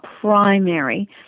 primary